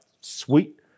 sweet